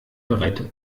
bereit